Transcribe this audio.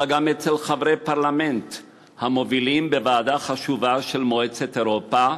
אלא גם אצל חברי פרלמנט המובילים בוועדה חשובה של מועצת אירופה